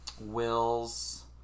Will's